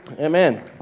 Amen